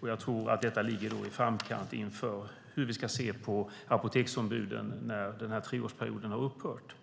Jag tror att det ligger i framkant vad gäller hur vi ska se på apoteksombuden när treårsperioden har upphört.